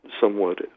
somewhat